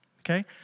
okay